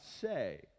say